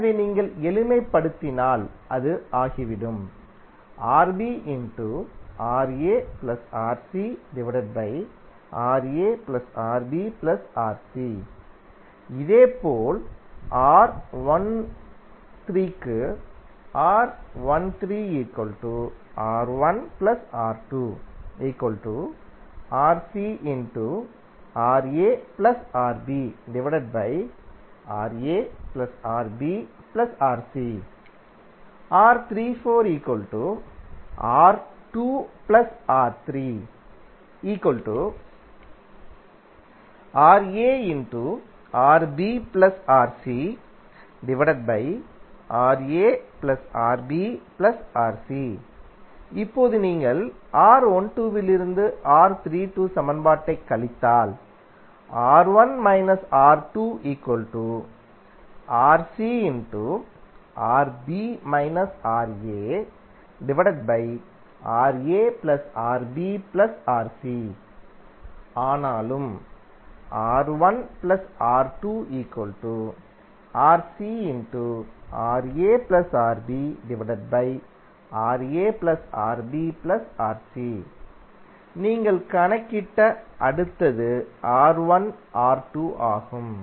எனவே நீங்கள் எளிமைப்படுத்தினால் அது ஆகிவிடும் இதேபோல் R13 க்கு இப்போது நீங்கள் R12 இலிருந்து R32 சமன்பாட்டைக் கழித்தால் ஆனாலும் நீங்கள் கணக்கிட்ட அடுத்தது R1 R2 ஆகும்